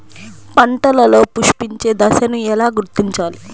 పంటలలో పుష్పించే దశను ఎలా గుర్తించాలి?